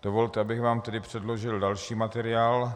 Dovolte, abych vám předložil další materiál.